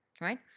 right